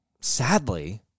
sadly